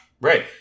Right